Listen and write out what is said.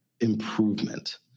improvement